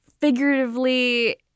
figuratively